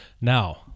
now